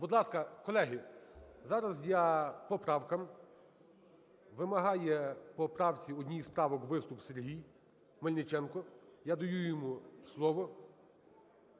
Будь ласка, колеги, зараз я по правках. Вимагає по правці, одній із правок, виступ Сергій Мельниченко. Я даю йому слово.